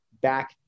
back